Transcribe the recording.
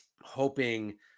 Hoping